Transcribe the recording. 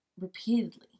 repeatedly